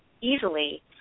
easily